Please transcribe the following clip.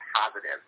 positive